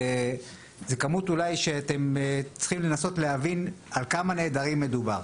זו כמות אולי שאתם צריכים לנסות להבין על כמה נעדרים מדובר.